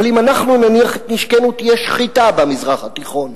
אבל אם אנחנו נניח את נשקנו תהיה שחיטה במזרח התיכון.